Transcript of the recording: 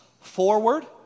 Forward